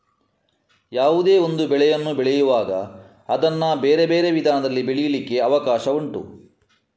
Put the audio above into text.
ಯಾವುದೇ ಒಂದು ಬೆಳೆಯನ್ನು ಬೆಳೆಯುವಾಗ ಅದನ್ನ ಬೇರೆ ಬೇರೆ ವಿಧಾನದಲ್ಲಿ ಬೆಳೀಲಿಕ್ಕೆ ಅವಕಾಶ ಉಂಟು